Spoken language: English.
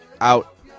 out